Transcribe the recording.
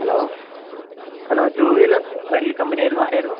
hello hello two wheeler rental company ആയിരുന്നു ആരായിരുന്നു